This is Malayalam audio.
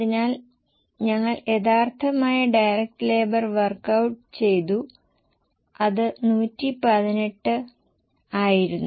അതിനാൽ ഞങ്ങൾ യഥാർഥമായ ഡയറക്ട് ലേബർ വർക്ക് ഔട്ട് ചെയ്തു അത് 118 ആയിരുന്നു